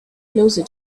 closer